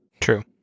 True